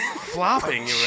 flopping